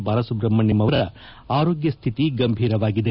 ಬಾಲಸುಬ್ರಹ್ಮಣ್ಯಂ ಅವರ ಆರೋಗ್ಯ ಸ್ಥಿತಿ ಗಂಭೀರವಾಗಿದೆ